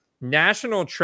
national